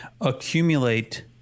accumulate